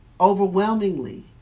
overwhelmingly